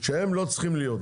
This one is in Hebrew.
שהם לא צריכים להיות.